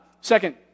Second